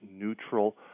neutral